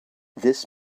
this